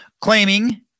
claiming